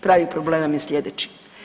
Pravi problem nam je sljedeći.